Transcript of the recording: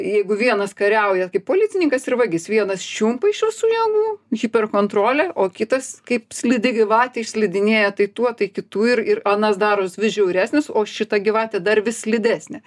jeigu vienas kariauja kaip policininkas ir vagis vienas čiumpa iš visų jėgų hiper kontrolė o kitas kaip slidi gyvatė išslidinėja tai tuo tai kitu ir ir anas daros vis žiauresnis o šita gyvatė dar vis slidesnė